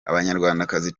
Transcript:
abanyarwandakazi